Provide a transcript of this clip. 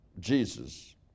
Jesus